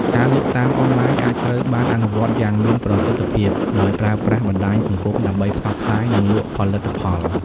ការលក់តាមអនឡាញអាចត្រូវបានអនុវត្តយ៉ាងមានប្រសិទ្ធភាព ដោយប្រើប្រាស់បណ្ដាញសង្គមដើម្បីផ្សព្វផ្សាយ និងលក់ផលិតផល។